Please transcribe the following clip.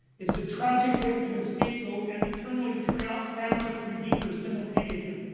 it's the tragic victim and scapegoat and eternally triumphant triumphant redeemer simultaneously.